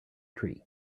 tree